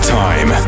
time